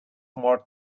more